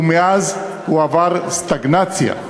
ומאז הוא עבר סטגנציה,